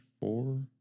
four